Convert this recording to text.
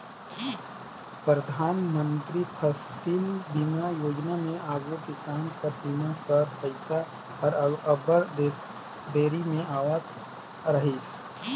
परधानमंतरी फसिल बीमा योजना में आघु किसान कर बीमा कर पइसा हर अब्बड़ देरी में आवत रहिस